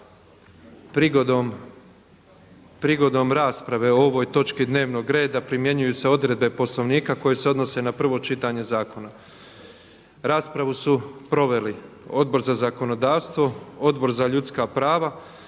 Prigodom rasprave o ovoj točki dnevnog reda primjenjuju se odredbe Poslovnika koje se odnose na prvo čitanje zakona. Raspravu su proveli Odbor za zakonodavstvo, Odbor za ljudska prava